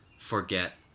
forget